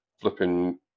flipping